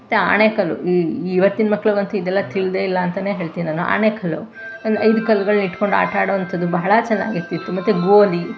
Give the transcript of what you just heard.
ಮತ್ತು ಆಣೆ ಕಲ್ಲು ಈ ಇವತ್ತಿನ ಮಕ್ಳಿಗಂತೂ ಇದೆಲ್ಲಾ ತಿಳಿದೇ ಇಲ್ಲ ಅಂತಲೇ ಹೇಳ್ತೀನಿ ನಾನು ಆಣೆ ಕಲ್ಲು ಅದು ಐದು ಕಲ್ಲುಗಳ್ನ ಇಟ್ಕೊಂಡು ಆಟ ಆಡೋವಂಥದ್ದು ಬಹಳ ಚೆನ್ನಾಗಿರ್ತಿತ್ತು ಮತ್ತು ಗೋಲಿ